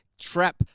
trap